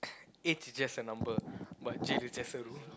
age is just a number but jail is just a room